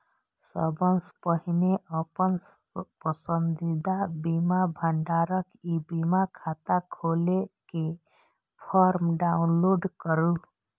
सबसं पहिने अपन पसंदीदा बीमा भंडारक ई बीमा खाता खोलै के फॉर्म डाउनलोड करू